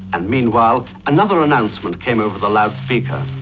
and meanwhile another announcement came over the loudspeaker.